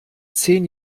zehn